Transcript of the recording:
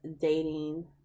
dating